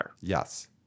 Yes